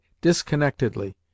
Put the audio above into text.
disconnectedly